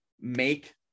make